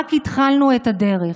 רק התחלנו את הדרך,